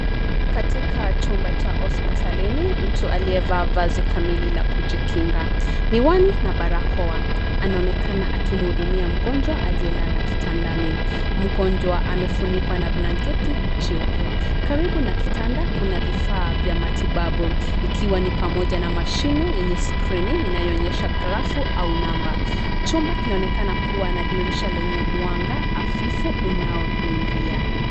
Katika chumba cha hospitalini, mtu aliyevaa vazi kamili la kujikinga, miwani na barakoa. Anaonekana akimhudumia mgonjwa aliyelala kitandani. Mgonjwa amefunikwa na blanketi cheupe. Karibu na kitanda, kuna vifaa vya matibabu, ikiwa ni pamoja na mashine yenye skrini inayoonyesha grafu au namba. Chumba kinaonekana kuwa na dirisha lenye mwanga hafifu unaoingia.